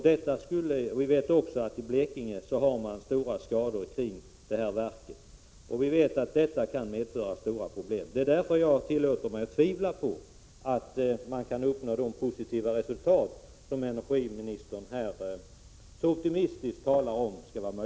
Dessutom vet vi att det finns stora skador i Blekinge kring oljeverket i Karlshamn. Dessa skador kan medföra stora problem. Det är därför jag tillåter mig att tvivla på att det går att uppnå de positiva resultat som energiministern så optimistiskt talar om.